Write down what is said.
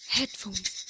Headphones